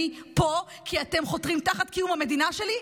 אני פה כי אתם חותרים תחת קיום המדינה שלי.